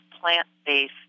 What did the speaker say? plant-based